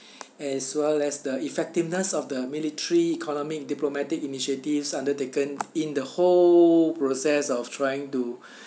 as well as the effectiveness of the military economic diplomatic initiatives undertaken in the whole process of trying to